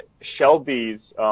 Shelby's